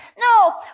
No